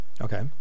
Okay